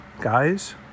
guys